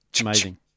Amazing